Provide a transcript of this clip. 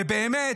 ובאמת,